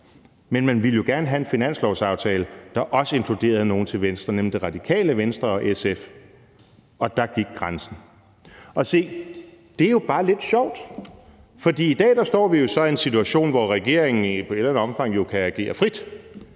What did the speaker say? Men man ville jo gerne have en finanslovsaftale, der også inkluderede nogle til venstre, nemlig Radikale Venstre og SF, og der gik grænsen. Og se, det er jo bare lidt sjovt. For i dag står vi jo så i en situation, hvor regeringen i et eller andet omfang kan agere frit.